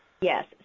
Yes